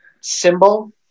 symbol